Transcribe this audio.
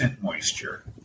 moisture